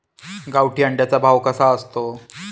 गावठी अंड्याचा भाव कसा असतो?